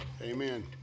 Amen